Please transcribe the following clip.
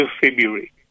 February